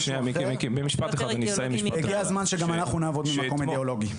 והגיע הזמן שגם אנחנו נעבוד ממקום אידיאולוגי.